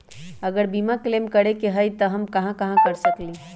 अगर बीमा क्लेम करे के होई त हम कहा कर सकेली?